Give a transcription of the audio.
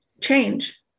change